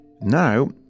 Now